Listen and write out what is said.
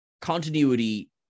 continuity